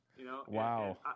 Wow